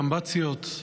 סמב"ציות,